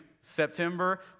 September